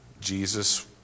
Jesus